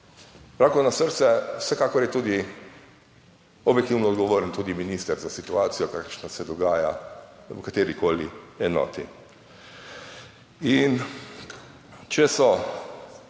roko na srce, vsekakor je tudi objektivno odgovoren tudi minister za situacijo kakršna se dogaja v katerikoli enoti. In če so